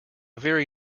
very